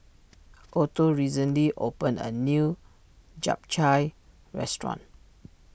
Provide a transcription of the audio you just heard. Otto recently opened a new Japchae restaurant